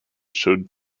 showed